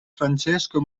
francesco